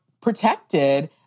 protected